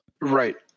Right